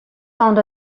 found